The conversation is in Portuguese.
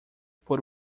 por